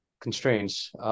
constraints